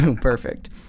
Perfect